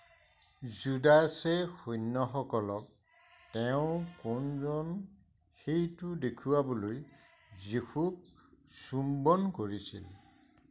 জুডাছে সৈন্যসকলক তেওঁ কোনজন সেইটো দেখুৱাবলৈ যীশুক চুম্বন কৰিছিল